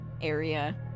area